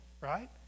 right